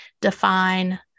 define